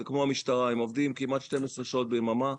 זה כמו המשטרה, הם עובדים כמעט 12 שעות ביממה.